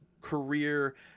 career